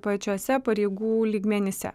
pačiuose pareigų lygmenyse